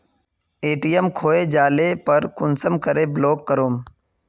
ATM खोये जाले पर कुंसम करे ब्लॉक करूम?